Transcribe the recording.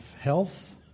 health